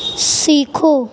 سیکھو